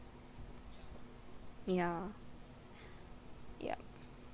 ya ya